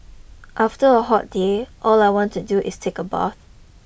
after a hot day all I want to do is take a bath